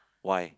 why